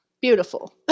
beautiful